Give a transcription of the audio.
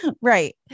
Right